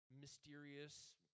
mysterious